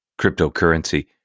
cryptocurrency